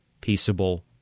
peaceable